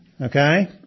okay